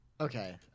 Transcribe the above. Okay